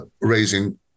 raising